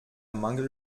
mangel